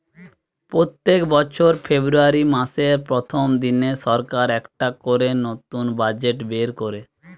পোত্তেক বছর ফেব্রুয়ারী মাসের প্রথম দিনে সরকার একটা করে নতুন বাজেট বের কোরে